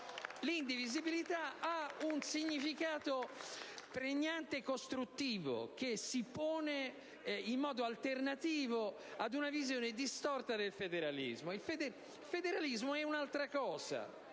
indivisibilità abbia un significato pregnante e costruttivo, che si pone in modo alternativo a una visione distorta del federalismo. Il federalismo è altro,